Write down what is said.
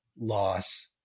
loss